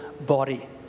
body